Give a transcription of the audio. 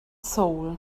soul